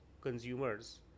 consumers